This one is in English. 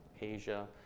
Asia